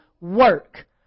work